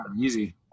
Easy